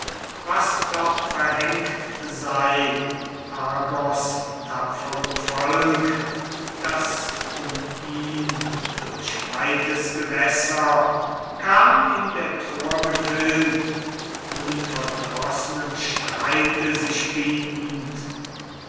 was doch verhängt sei argos tapferem volk das um ihn durch weites gewässer kam in der troer gefild unverdrossenem streite sich bietend